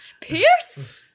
Pierce